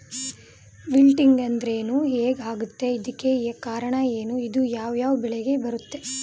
Wilting ಅಂದ್ರೇನು? ಹೆಗ್ ಆಗತ್ತೆ? ಇದಕ್ಕೆ ಕಾರಣ ಏನು? ಇದು ಯಾವ್ ಯಾವ್ ಬೆಳೆಗೆ ಬರುತ್ತೆ?